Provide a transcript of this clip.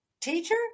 teacher